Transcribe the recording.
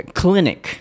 clinic